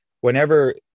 whenever